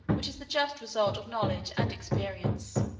which is the just result of knowledge and experience.